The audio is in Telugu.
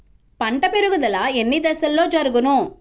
పంట పెరుగుదల ఎన్ని దశలలో జరుగును?